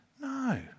No